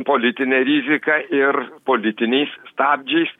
politinė rizika ir politiniais stabdžiais